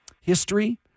history